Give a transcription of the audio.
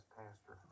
pastor